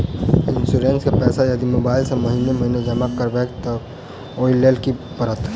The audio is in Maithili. इंश्योरेंस केँ पैसा यदि मोबाइल सँ महीने महीने जमा करबैई तऽ ओई लैल की करऽ परतै?